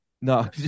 No